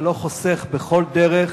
ולא חוסך בכל דרך